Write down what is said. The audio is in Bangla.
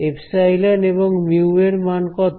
এপসাইলন ε এবং মিউ μ এর মান কত